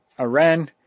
Iran